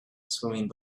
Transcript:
swimming